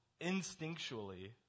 instinctually